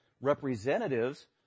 representatives